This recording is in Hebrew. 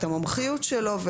את המומחיות שלו,